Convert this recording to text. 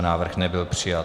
Návrh nebyl přijat.